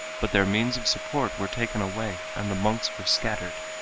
but their means of support were taken away and the monks were scattered.